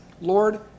Lord